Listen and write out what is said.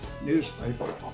newspaper